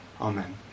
amen